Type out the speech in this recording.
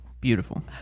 Beautiful